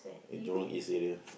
at Jurong-East area